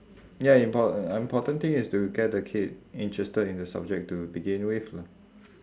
ya impor~ important thing is to get the kid interested in the subject to begin with lah